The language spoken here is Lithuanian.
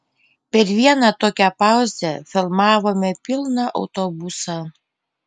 per vieną tokią pauzę filmavome pilną autobusą